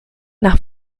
nach